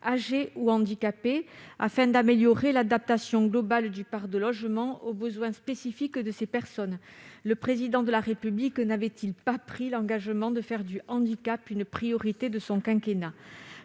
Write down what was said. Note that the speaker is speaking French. âgées ou handicapées, afin d'améliorer l'adaptation globale du parc de logements aux besoins spécifiques de ces personnes. Le Président de la République n'avait-il pas pris l'engagement de faire du handicap une priorité de son quinquennat ?